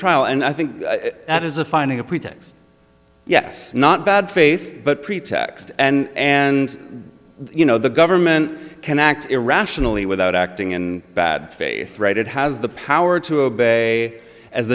trial and i think that is a finding a pretext yes not bad faith but pretext and and you know the government can act irrationally without acting in bad faith right it has the power to obey as